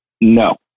No